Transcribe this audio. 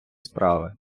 справи